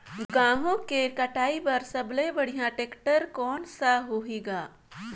गहूं के कटाई पर सबले बढ़िया टेक्टर कोन सा होही ग?